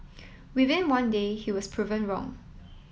within one day he was proven wrong